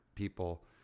people